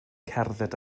cerdded